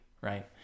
right